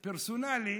"פרסונלי"